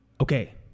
okay